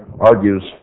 argues